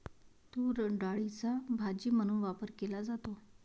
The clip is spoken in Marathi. तूरडाळीचा भाजी म्हणून वापर केला जातो